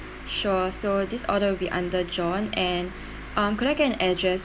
sure so this order will be under john and um could I get an address